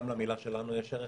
גם למילה שלנו יש ערך,